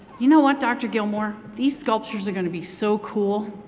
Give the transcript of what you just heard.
you know what dr. gilmour, these sculptures are going to be so cool.